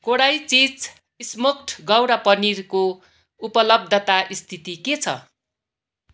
Kodai cheese smoked gouda paneer को उपलब्धता स्थिति के छ